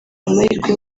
amahirwe